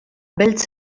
beltz